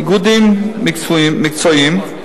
איגודים מקצועיים,